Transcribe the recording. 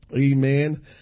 amen